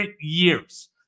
years